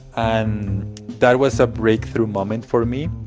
and that was a breakthrough moment for me.